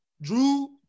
Drew